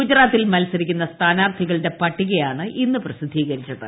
ഗുജറാത്തിൽ മത്സരിക്കുന്ന സ്ഥാനാർത്ഥികളുടെ പട്ടികയാണ് ഇന്ന് പ്രസിദ്ധീകരിച്ചത്